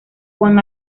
juan